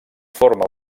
forma